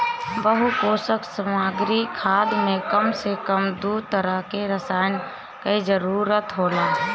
बहुपोषक सामग्री खाद में कम से कम दू तरह के रसायन कअ जरूरत होला